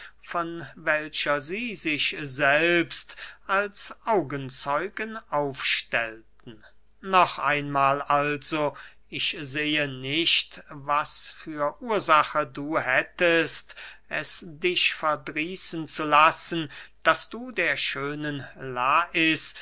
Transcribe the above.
von welcher sie sich selbst als augenzeugen aufstellten noch einmahl also ich sehe nicht was für ursache du hättest es dich verdrießen zu lassen daß du der schönen lais